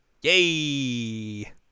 Yay